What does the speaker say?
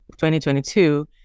2022